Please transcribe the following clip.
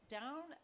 down